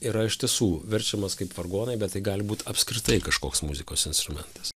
yra iš tiesų verčiamas kaip vargonai bet tai gali būt apskritai kažkoks muzikos instrumentas